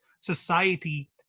Society